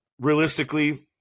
realistically